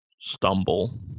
stumble